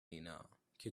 اینا، که